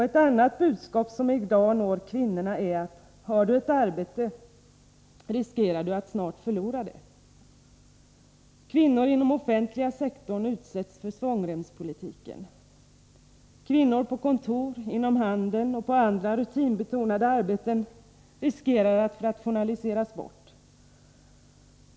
Ett annat budskap som i dag når kvinnorna är: Har du ett arbete, riskerar du att snart förlora det. Kvinnor inom den offentliga sektorn utsätts för svångremspolitiken. Kvinnor på kontor, inom handeln och på andra rutinbetonade arbeten riskerar att rationaliseras bort.